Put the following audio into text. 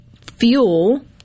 fuel